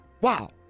Wow